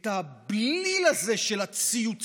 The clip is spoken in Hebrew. את הבליל הזה של הציוצים,